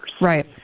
Right